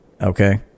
Okay